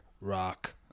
rock